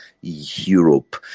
Europe